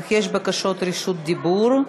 אך יש בקשות רשות דיבור.